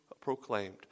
proclaimed